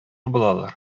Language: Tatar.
булалар